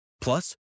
Plus